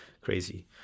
crazy